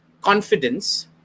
confidence